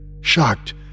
shocked